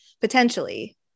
potentially